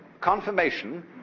confirmation